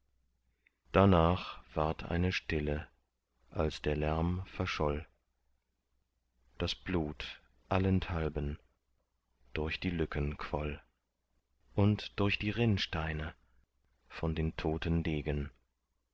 danach ward eine stille als der lärm verscholl das blut allenthalben durch die lücken quoll und durch die rinnsteine von den toten degen